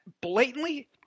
blatantly